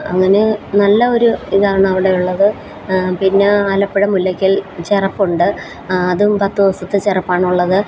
അങ്ങനെ നല്ല ഒരു ഇതാണ് അവിടെ ഉള്ളത് പിന്നെ ആലപ്പുഴ മുല്ലക്കൽ ചെറപ്പൊണ്ട് അതും പത്ത് ദിവസത്തെ ചെറപ്പാണുള്ളത്